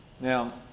Now